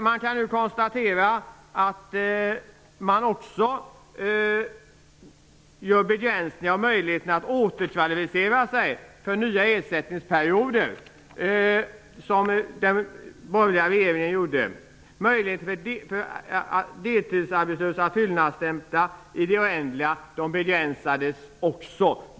Man kan nu konstatera att den begränsning av möjligheten att kvalificera sig för nya ersättningsperioder som den borgerliga regeringen införde skall tas bort. Vi såg också till att möjligheten för deltidsarbetslösa att fyllnadsstämpla i det oändliga begränsades.